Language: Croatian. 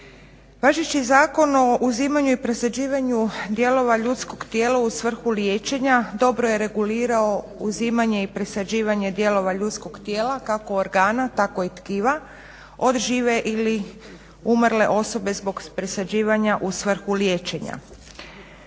Važeći Zakon o uzimanju i presađivanju dijelova ljudskog tijela u svrhu liječenja dobro je regulirao uzimanje i presađivanje dijelova ljudskog tijela kako organa tako i tkiva od žive ili umrle osobe zbog presađivanja u svrhu liječenja.